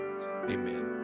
Amen